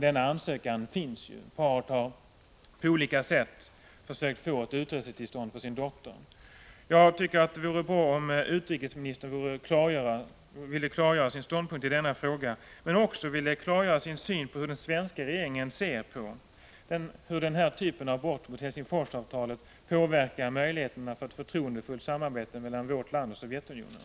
Denna ansökan finns ju. Paret har på olika sätt försökt få ett utresetillstånd för sin dotter. Jag tycker att det vore bra om utrikesministern klargjorde sin ståndpunkt i denna fråga, men även klargjorde sin syn på hur den svenska regeringen ser på hur den här typen av brott mot Helsingforsavtalet påverkar möjligheterna för ett förtroendefullt samarbete mellan vårt land och Sovjetunionen.